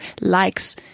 likes